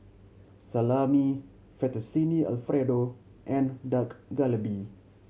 Salami Fettuccine Alfredo and Dak Galbi